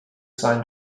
seinen